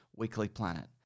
weeklyplanet